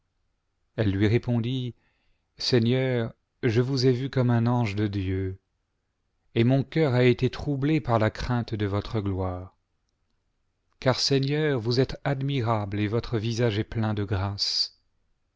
elle lui répondit seigneur je vous ai vu comme un ange de dieu et mon cœur a été troublé par la crainte de votre gloire car seigneur vous êtes admirable et votre visage est plein de grâces